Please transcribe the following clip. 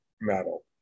metal